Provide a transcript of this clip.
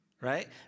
right